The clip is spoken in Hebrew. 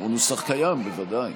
הנוסח קיים, בוודאי.